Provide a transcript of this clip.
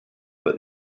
for